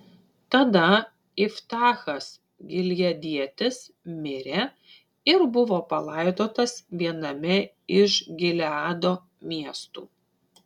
tada iftachas gileadietis mirė ir buvo palaidotas viename iš gileado miestų